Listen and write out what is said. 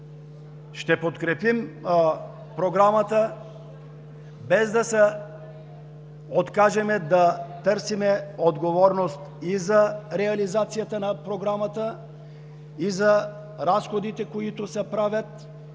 Ще подкрепим Програмата, без да се откажем да търсим отговорност и за реализацията на Програмата, и за разходите, които се правят,